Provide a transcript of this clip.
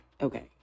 okay